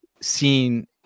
seen